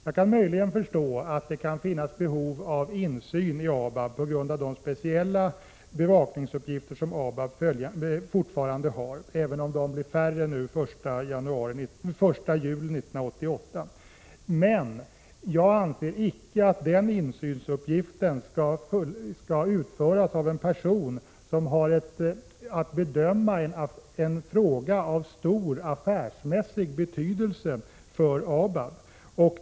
Jag kan möjligen förstå att det kan finnas behov av insyn i ABAB på grund av de speciella bevakningsuppgifter som ABAB fortfarande har, även om de blir färre fr.o.m. den 1 juli 1988. Men jag anser icke att denna insynsuppgift skall utföras av en person som i en annan egenskap har att bedöma en fråga av stor affärsmässig betydelse för ABAB.